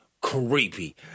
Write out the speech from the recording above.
Creepy